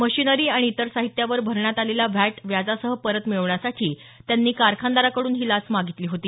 machinery आणि इतर साहित्यावर भरण्यात आलेला व्हॅट व्याजासह परत मिळवण्यासाठी त्यांनी कारखानदाराकडून ही लाच मागितली होती